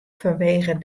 fanwegen